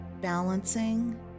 balancing